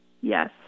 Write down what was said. Yes